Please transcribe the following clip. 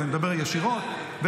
אז אני אדבר ישירות -- דבר מהלב.